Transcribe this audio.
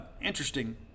interesting